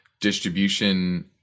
distribution